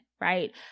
Right